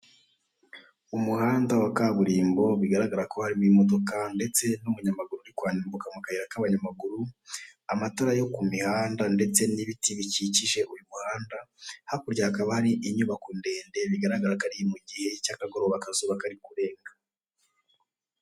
Umuhanda wa kaburimbo bigaragara ko harimo imodoka ndetse n'umunyamaguru uri kwambuka mu kayira k'abanyamaguru, amatara yo kumihanda ndetse n'ibiti bikikije uyu muhanda hakurya hakaba hari inyubako ndende bigaragara ko ari mu gihe cy'akagoroba akazuba kari kurenga.